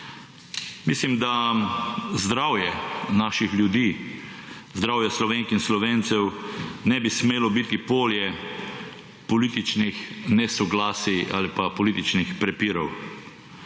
Mislim, da zdravje naših ljudi, zdravje Slovenk in Slovencev ne bi smelo biti polje političnih nesoglasij ali pa političnih prepirov.